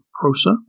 PROSA